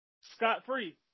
scot-free